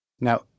Now